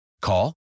Call